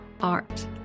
art